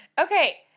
Okay